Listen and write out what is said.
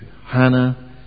Hannah